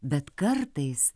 bet kartais